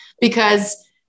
because-